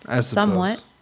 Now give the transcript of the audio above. Somewhat